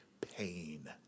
pain